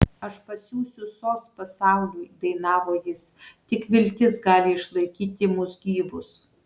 aš pasiųsiu sos pasauliu dainavo jis tik viltis gali išlaikyti mus gyvus